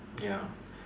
ya